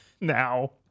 now